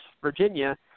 Virginia